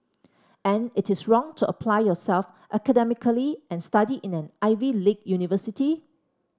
and it is wrong to apply yourself academically and study in an Ivy league university